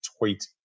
tweet